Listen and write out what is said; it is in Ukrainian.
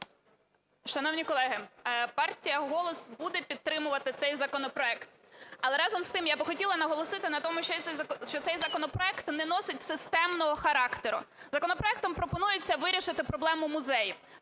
Шановні колеги, партія "Голос" буде підтримувати цей законопроект. Але, разом з тим, я би хотіла наголосити на тому, що цей законопроект не носить системного характеру. Законопроектом пропонується вирішити проблему музеїв.